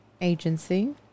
agency